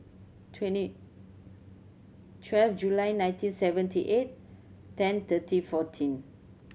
twenty twelve July nineteen seventy eight ten thirty fourteen